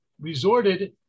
resorted